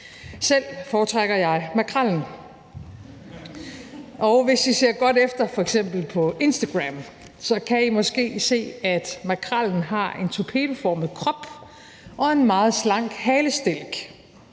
Selv foretrækker jeg makrellen, og hvis I ser godt efter, f.eks. på Instagram, kan I måske se, at makrellen har en torpedoformet krop og en meget slank halespids.